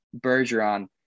bergeron